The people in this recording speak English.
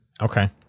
Okay